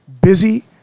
busy